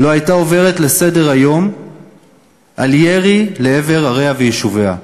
לא הייתה עוברת לסדר-היום על ירי לעבר עריה ויישוביה.